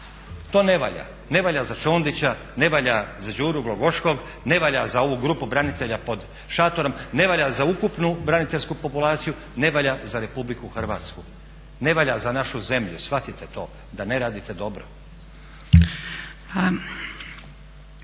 To ne valja. Ne valja za Čondića, ne valja za Đuru Glogoškog, ne valja za ovu grupu branitelja pod šatorom, ne valja za ukupnu braniteljsku populaciju, ne valja za Republiku Hrvatsku. Ne valja za našu zemlju, shvatite to da ne radite dobro.